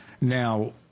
now